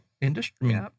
industry